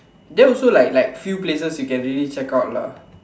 there also like like few places you can really check out lah